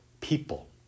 people